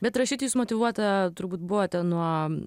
bet rašyti jus motyvuota turbūt buvote nuo